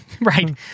right